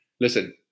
listen